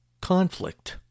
conflict